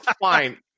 fine